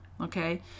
okay